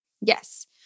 Yes